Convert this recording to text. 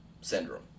syndrome